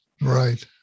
Right